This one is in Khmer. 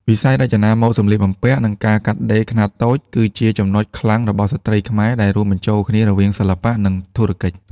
វិស័យរចនាម៉ូដសម្លៀកបំពាក់ និងការកាត់ដេរខ្នាតតូច គឺជាចំណុចខ្លាំងរបស់ស្ត្រីខ្មែរដែលរួមបញ្ចូលគ្នារវាងសិល្បៈ និងធុរកិច្ច។